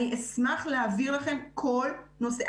אשמח להעביר אליכם כל נושא,